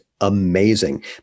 amazing